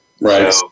Right